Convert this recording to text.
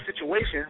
situation